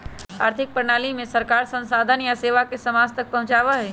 आर्थिक प्रणाली में सरकार संसाधन या सेवा के समाज तक पहुंचावा हई